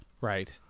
Right